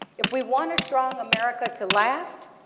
if we want a strong america to last,